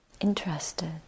interested